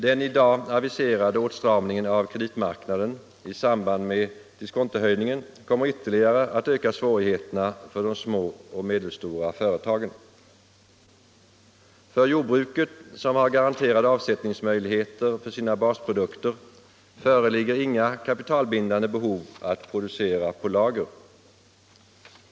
Den i dag aviserade åtstramningen av kreditmarknaden i samband med diskontohöjningen kommer ytterligare att öka svårigheterna för de små och medelstora företagen. För jordbruket, som har garanterade avsättningsmöjligheter för sina basprodukter, föreligger det inga kapitalbindande behov att producera på lager.